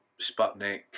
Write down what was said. Sputnik